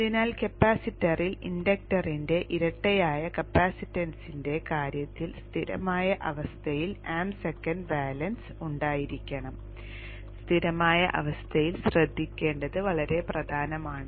അതിനാൽ കപ്പാസിറ്ററിൽ ഇൻഡക്ടറിന്റെ ഇരട്ടയായ കപ്പാസിറ്റൻസിന്റെ കാര്യത്തിൽ സ്ഥിരമായ അവസ്ഥയിൽ amp സെക്കൻഡ് ബാലൻസ് ഉണ്ടായിരിക്കണം സ്ഥിരമായ അവസ്ഥയിൽ ശ്രദ്ധിക്കേണ്ടത് വളരെ പ്രധാനമാണ്